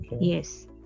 Yes